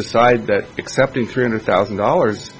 decide that accepting three hundred thousand dollars